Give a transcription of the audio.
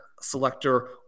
selector